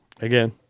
Again